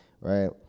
right